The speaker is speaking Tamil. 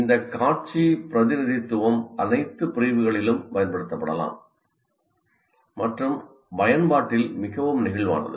இந்த காட்சி பிரதிநிதித்துவம் அனைத்து பிரிவுகளிலும் பயன்படுத்தப்படலாம் மற்றும் அவற்றின் பயன்பாட்டில் மிகவும் நெகிழ்வானது